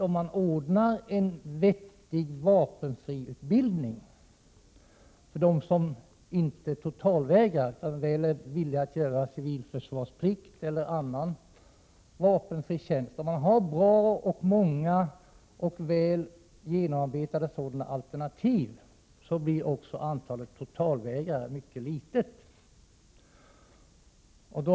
Om man ordnar en vettig vapenfriutbildning för dem som inte totalvägrar utan är villiga att göra civilförsvarsplikt eller annan vapenfri tjänst och ger dem många bra och väl genomarbetade sådana alternativ blir också antalet totalvägrare mycket litet.